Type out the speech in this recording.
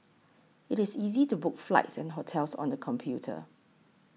it is easy to book flights and hotels on the computer